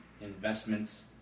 investments